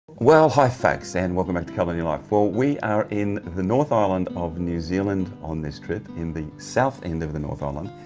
well hi folks, and welcome back to colour in your life. well we are in the north island of new zealand on this trip, in the south end of the north island,